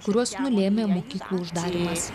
kuriuos nulėmė mokyklų uždarymas